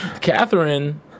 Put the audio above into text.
Catherine